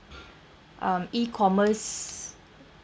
um e-commerce